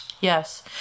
Yes